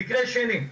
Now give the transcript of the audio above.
המקרה השני,